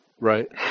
right